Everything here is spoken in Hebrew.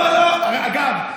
אגב,